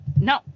no